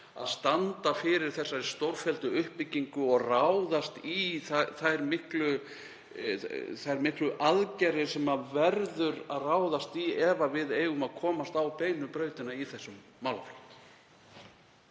að standa fyrir þessari stórfelldu uppbyggingu og ráðast í þær miklu aðgerðir sem ráðast verður í ef við eigum að komast á beinu brautina þar.